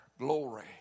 Glory